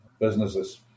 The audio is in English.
businesses